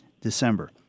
December